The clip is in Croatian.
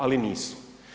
Ali nisu.